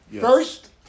First